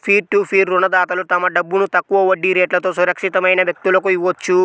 peer to peer రుణదాతలు తమ డబ్బును తక్కువ వడ్డీ రేట్లతో సురక్షితమైన వ్యక్తులకు ఇవ్వొచ్చు